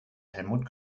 helmut